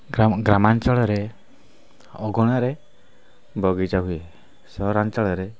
ଗ୍ରାମାଞ୍ଚଳରେ ଅଗଣାରେ ବଗିଚା ହୁଏ ସହରାଞ୍ଚଳରେ